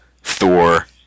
Thor